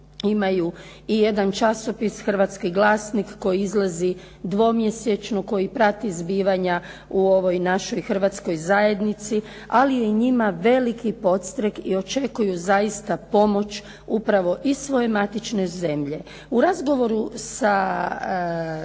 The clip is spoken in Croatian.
imaju i jedan časopis "Hrvatski glasnik" koji izlazi dvomjesečno koji prati zbivanja u ovoj našoj hrvatskoj zajednici, ali je njima veliki podstrek i očekuju zaista pomoć upravo iz svoje matične zemlje. U razgovoru sa